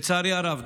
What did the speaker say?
לצערי הרב,